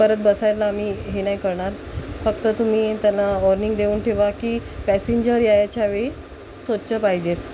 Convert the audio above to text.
पर परत बसायला आम्ही हे नाही करणार फक्त तुम्ही त्यांना वॉर्निंग देऊन ठेवा की पॅसेंजर यायच्या वेळी स्वच्छ पाहिजेत